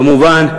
כמובן,